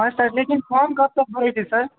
हाँ सर लेकिन फॉर्म कबतक भरेतै सर